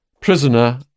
prisoner